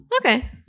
Okay